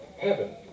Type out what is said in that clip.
heaven